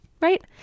right